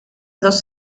dos